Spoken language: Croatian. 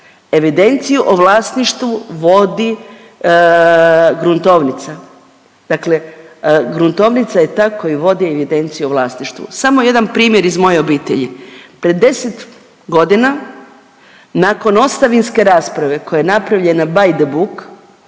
evidenciju o vlasništvu vodi gruntovnica, dakle gruntovnica je ta koja vodi evidenciju o vlasništvu. Samo jedan primjer iz moje obitelji. Pred 10.g. nakon ostavinske rasprave koja je napravljena …/Govornik